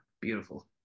Beautiful